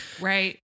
Right